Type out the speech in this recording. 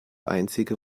einzige